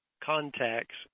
contacts